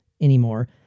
anymore